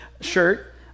shirt